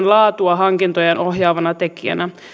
laatua hankintojen ohjaavana tekijänä hallituksen esitystä enemmän